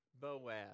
Boaz